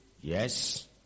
yes